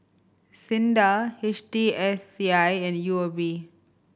SINDA H T S C I and U O B